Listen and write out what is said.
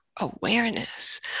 awareness